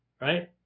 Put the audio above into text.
Right